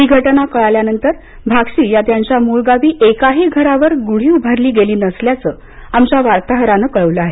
ही घटना कळल्यानंतर भाक्षी या त्यांच्या मूळ गावी एकाही घरावर गुढी उभारली गेली नसल्याचं आमच्या वार्ताहरानं कळवलं आहे